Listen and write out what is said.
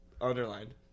underlined